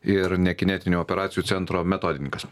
ir nekinetinių operacijų centro metodininkas